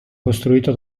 costruito